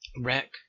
wreck